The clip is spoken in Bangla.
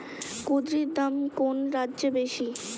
কুঁদরীর দাম কোন রাজ্যে বেশি?